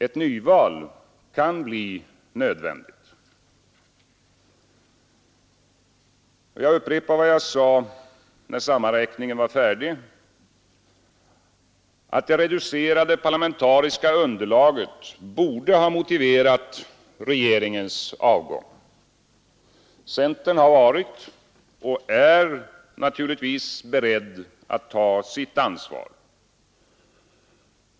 Ett nyval kan bli nödvändigt. Jag upprepar vad jag sade när sammanräkningen var färdig: Det reducerade parlamentariska underlaget borde ha motiverat regeringens avgång. Centern har varit och är naturligtvis beredd att ta sitt ansvar.